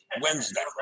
Wednesday